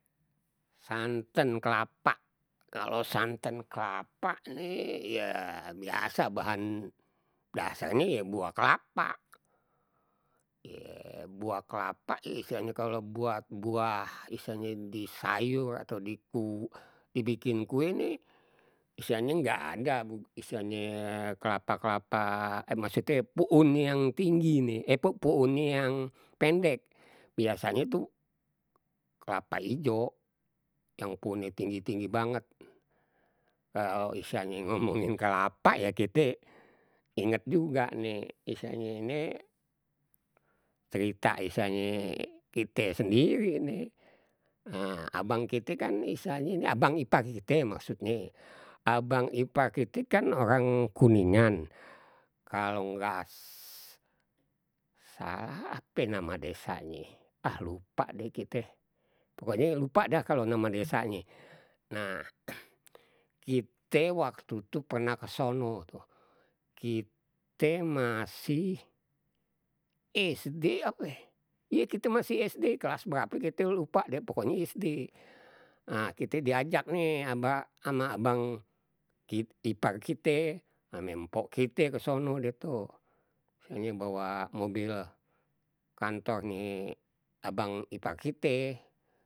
Santen kelapa, kalau santen kelapa ni ya biasa bahan dasarnye ya buah kelapa. Ye buah kelapa istilahnye kalau buat buah istilahnye di sayur atau diku dibikin kue ini istilahnya nggak ada, istilahnye kelapa- kelapa, maksudnye pu un yang tinggi nih, eh pu unnye yang pendek. Biasanye tuh kelapa ijo, yang pu un nye tinggi- tinggi banget. Kalau istilahnye ngomongin kelapa ya kite inget juga ini, istilahnye ini cerita istilahnye kite sendiri nih. Nah, abang kite kan istilahnye, abang ipar kite maksudnye, abang ipar kite kan orang kuningan. Kalau nggak salah apa nama desanye, ah lupa deh kita, pokoknye lupa dah kalau nama desanye. Nah kite waktu itu pernah kesono tuh, kite masih SD ape ye, iye kita masih sd, kelas berape kite lupa deh pokoknya sd. Nah, kite diajak nih ama ama abang ipar kite, ame mpok kite kesono deh tuh bawa mobil kantornye abang ipar kite.